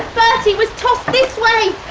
bertie was tossed this way